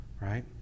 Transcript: right